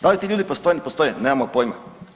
Da li ti ljudi postoje, ne postoje nemamo pojima.